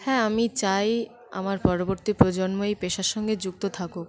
হ্যাঁ আমি চাই আমার পরবর্তী প্রজন্মই পেশার সঙ্গে যুক্ত থাকুক